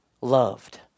loved